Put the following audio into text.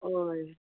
होय